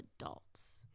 adults